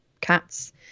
cats